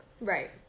right